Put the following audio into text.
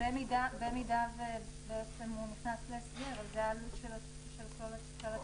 במידה שהוא נכנס להסגר, זו העלות של כל הטיפול.